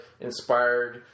inspired